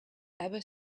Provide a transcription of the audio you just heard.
ever